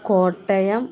Kottayam